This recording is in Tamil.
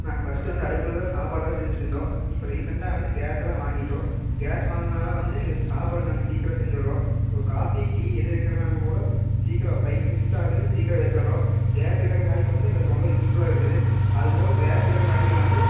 நாங்கள் ஃபஸ்ட்டு வந்து அடுப்பில் தான் சாப்பாடெல்லாம் செஞ்சிட்டிருந்தோம் இப்போ ரீசெண்ட்டாக வந்து கேஸெல்லாம் வாங்கிவிட்டோம் கேஸ் வாங்குனாதால் வந்து எங்களுக்கு சாப்பாடு நாங்கள் சீக்கிரம் செஞ்சிடுறோம் ஒரு காஃபி டீ எது வக்கிறதுனால்கூட சீக்கிரம் ஃபைவ் மினிட்ஸ் தான் ஆகுது சீக்கிரம் வச்சிடுறோம் கேஸ் இருக்கிறங்காலிக்கு வந்து எங்களுக்கு ரொம்ப யூஸ்ஃபுல்லாக இருக்குது அதுவும் போக கேஸ் இருக்கறங்காட்டிக்கு வந்து